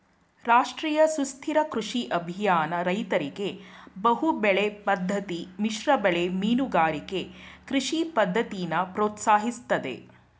ರಾಷ್ಟ್ರೀಯ ಸುಸ್ಥಿರ ಕೃಷಿ ಅಭಿಯಾನ ರೈತರಿಗೆ ಬಹುಬೆಳೆ ಪದ್ದತಿ ಮಿಶ್ರಬೆಳೆ ಮೀನುಗಾರಿಕೆ ಕೃಷಿ ಪದ್ದತಿನ ಪ್ರೋತ್ಸಾಹಿಸ್ತದೆ